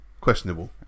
Questionable